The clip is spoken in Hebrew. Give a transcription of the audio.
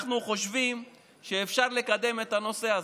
אנחנו חושבים שאפשר לקדם את הנושא הזה,